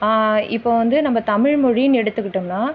இப்போ வந்து நம்ப தமிழ் மொழின்னு எடுத்துக்கிட்டோம்னா